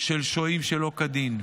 של שוהים שלא כדין.